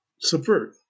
subvert